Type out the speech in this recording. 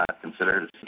considered